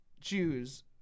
Jews